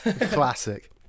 Classic